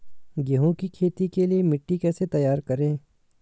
गेहूँ की खेती के लिए मिट्टी कैसे तैयार करें?